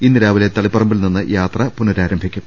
ഇന്ന് രാവിലെ തളിപ്പറമ്പിൽനിന്ന് യാത്ര പുനരാരംഭിക്കും